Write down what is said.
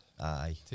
Aye